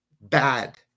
bad